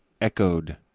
echoed